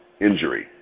injury